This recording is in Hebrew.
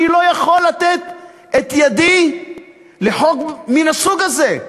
אני לא יכול לתת את ידי לחוק מן הסוג הזה.